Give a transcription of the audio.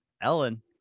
Ellen